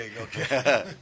okay